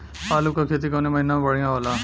आलू क खेती कवने महीना में बढ़ियां होला?